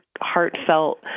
heartfelt